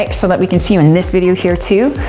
like so that we can see you in this video here too.